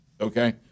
Okay